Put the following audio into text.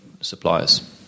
suppliers